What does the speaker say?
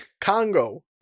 Congo